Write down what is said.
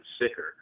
sicker